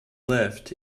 lift